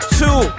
two